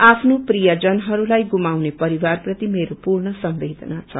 आफ्नो प्रियजनहरूलाई गुमाउने परिवारप्रति मेरो पूर्ण संवेदना छ